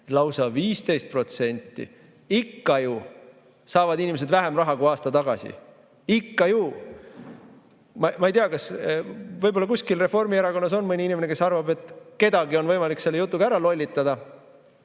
Lausa 15%! Ikka ju saavad inimesed vähem raha kui aasta tagasi. Ikka ju! Ma ei tea, võib-olla kuskil Reformierakonnas on mõni inimene, kes arvab, et kedagi on võimalik selle jutuga ära lollitada.